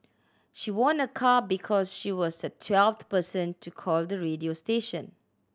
she won a car because she was the twelfth person to call the radio station